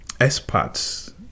experts